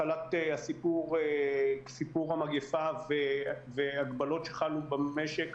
עם התחלת סיפור המגפה וההגבלות שחלו במשק,